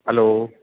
hello